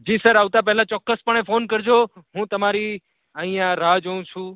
જી sir આવતા પહેલાં ચોક્કસપણે ફોન કરજો હું તમારી અહીંયા રાહ જોઉં છું